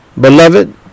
Beloved